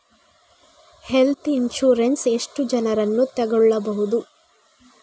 Health insurance ಎಷ್ಟು ಜನರನ್ನು ತಗೊಳ್ಬಹುದು?